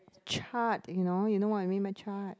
charred you know you know what I mean by charred